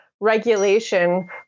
regulation